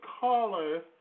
caller